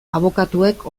abokatuek